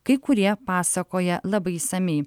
kai kurie pasakoja labai išsamiai